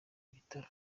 ibitaro